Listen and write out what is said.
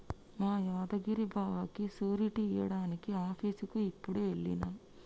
మా యాదగిరి బావకి సూరిటీ ఇయ్యడానికి ఆఫీసుకి యిప్పుడే ఎల్లిన